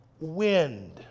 wind